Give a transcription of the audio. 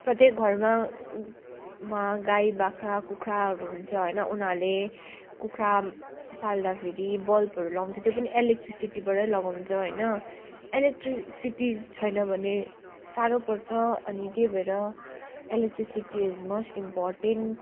प्रत्येक घरमा मा गाई बाख्रा कुखुराहरू हुन्छ होइन उनीहरूले कुखुरा पाल्दाखेरि बल्बहरू लाउँछ त्यो पनि इलेक्ट्रिसिटीबाटै लगाउँछ होइन इलेक्ट्रिसिटी छैन भने साह्रो पर्छ अनि त्यही भएर इलेक्ट्रिसिटी इज मस्ट इमेपोर्टेन्ट